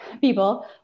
people